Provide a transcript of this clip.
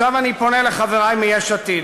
עכשיו אני פונה לחברי מיש עתיד.